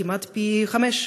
כמעט פי חמישה.